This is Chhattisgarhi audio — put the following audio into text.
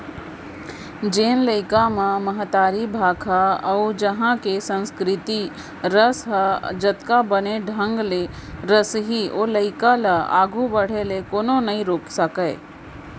जेन लइका म महतारी भाखा अउ उहॉं के संस्कृति रस ह जतका बने ढंग ले रसही ओ लइका ल आघू बाढ़े ले कोनो नइ रोके सकयँ